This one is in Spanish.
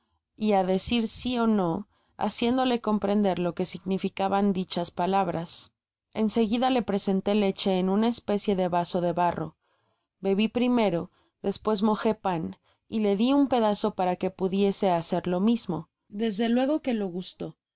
á decir si y no haciéndole comprender lo que significaban dichas palabras en seguida le presentó leche en una especie de vaso de barro bebi primero despues mojó pan y le di un pedazo para que pudiese hacer lo mismo desde luego que lo gustó